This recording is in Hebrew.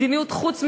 מדיניות חוץ מבולבלת,